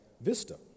Vista